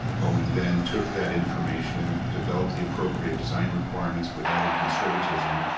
boeing then took that information, developed the appropriate design requirements with added conservatism,